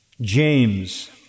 James